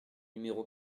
numéro